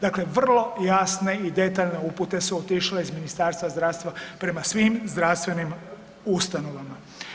Dakle, vrlo jasne i detaljne upute su otišle iz Ministarstva zdravstva prema svim zdravstvenim ustanovama.